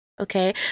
Okay